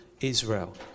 Israel